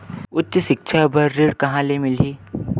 उच्च सिक्छा बर ऋण कहां ले मिलही?